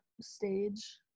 stage